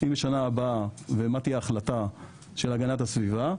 ומה תהיה ההחלטה של הגנת הסביבה,